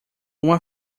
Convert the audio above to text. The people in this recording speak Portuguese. uma